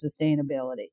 sustainability